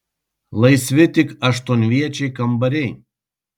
laisvi tik aštuonviečiai kambariai